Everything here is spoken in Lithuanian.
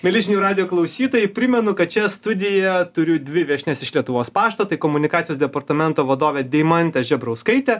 mieli žinių radijo klausytojai primenu kad čia studijoj turiu dvi viešnias iš lietuvos pašto komunikacijos departamento vadovė deimantė žebrauskaitė